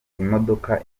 imodoka